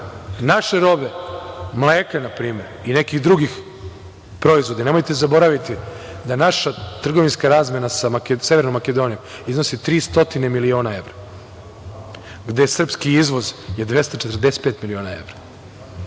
naše robe, mleka ili nekih drugih proizvoda, nemojte zaboraviti da naša trgovinska razmena sa Severnom Makedonijom iznosi 300 miliona evra, gde je srpski izvoz 245 miliona evra. Moram